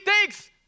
takes